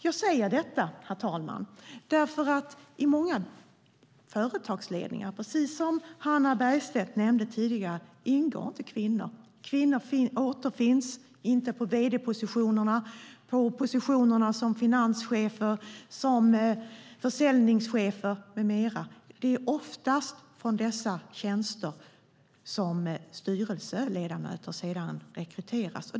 Jag säger detta, herr talman, därför att det precis som Hannah Bergstedt tidigare nämnde i många företagsledningar inte ingår kvinnor. Kvinnor återfinns inte på vd-positionerna och positionerna som finanschefer, försäljningschefer med mera. Det är oftast från dessa tjänster som styrelseledamöter sedan rekryteras.